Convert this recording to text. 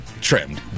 trimmed